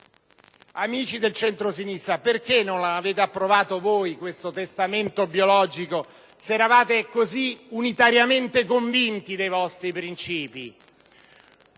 Amici del centrosinistra: perché non avete approvato voi questo testamento biologico, se eravate così unitariamente convinti dei vostri principi?